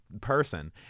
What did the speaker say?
person